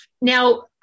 Now